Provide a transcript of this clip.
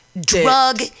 drug